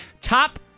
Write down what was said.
Top